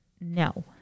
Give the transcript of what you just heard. no